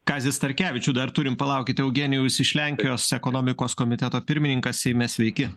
kazį starkevičių dar turim palaukit eugenijau jis iš lenkijos ekonomikos komiteto pirmininkas seime sveiki